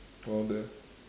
around there